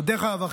דרך אגב,